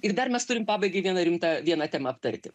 ir dar mes turim pabaigai vieną rimtą vieną temą aptarti